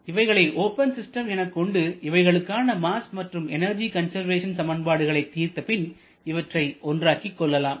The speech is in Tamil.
இவைகளை ஓபன் சிஸ்டம் எனக்கொண்டு இவைகளுக்கான மாஸ் மற்றும் எனர்ஜி கன்சர்வேஷன் சமன்பாடுகளை தீர்த்து பின் இவற்றை ஒன்றாக்கி கொள்ளலாம்